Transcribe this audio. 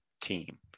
team